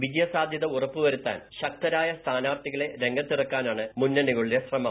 വിജയസാധ്യത ഉറപ്പുവരുത്താൻ ശക്തരായ സ്ഥാനാർത്ഥികളെ രംഗത്തിറക്കാനാണ് മുന്നണികളുടെ ശ്രമം